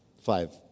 Five